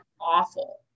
awful